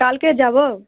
কালকে যাব